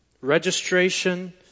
Registration